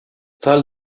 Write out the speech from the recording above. tal